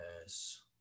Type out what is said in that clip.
yes